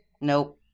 Nope